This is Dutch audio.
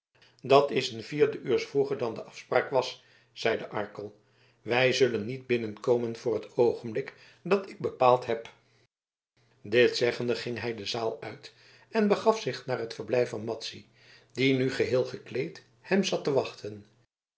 dat is een vierde uurs vroeger dan de afspraak was zeide arkel zij zullen niet binnenkomen voor het oogenblik dat ik bepaald heb dit zeggende ging hij de zaal uit en begaf zich naar het verblijf van madzy die nu geheel gekleed hem zat te wachten